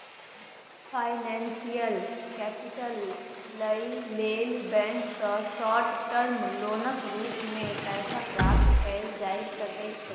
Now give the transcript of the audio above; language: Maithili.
फाइनेंसियल कैपिटल लइ लेल बैंक सँ शार्ट टर्म लोनक रूप मे पैसा प्राप्त कएल जा सकइ छै